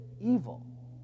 evil